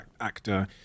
actor